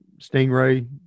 stingray